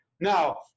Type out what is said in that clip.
Now